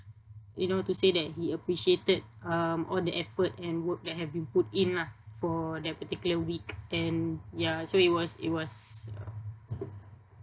you know to say that he appreciated um all the effort and work that have been put in lah for that particular week and ya so it was it was um